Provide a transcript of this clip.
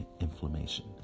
inflammation